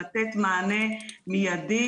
לתת מענה מידי,